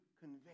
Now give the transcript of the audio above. convey